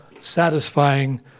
satisfying